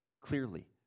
clearly